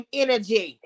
energy